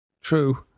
True